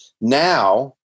Now